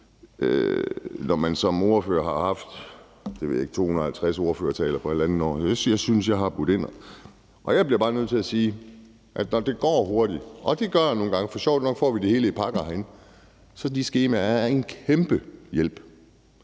når man som ordfører har holdt omkring 250 ordførertaler på halvandet år. Jeg synes, jeg har budt ind. Jeg bliver bare nødt til at sige, at når det går hurtigt – og det gør det nogle gange, for sjovt nok får vi det hele i pakker herinde – så er de skemaer en kæmpe hjælp.